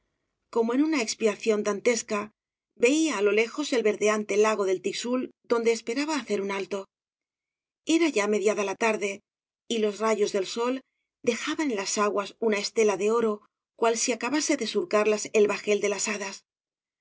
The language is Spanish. como en una expiación dantesca veía á lo lejos el verdeante lago del tixul donde esperaba hacer un alto era ya mediada la tarde y los rayos del sol dejaban en las aguas una estela de oro cual si acabase de surcarlas el bajel de las hadas